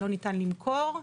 לא ניתן למכור.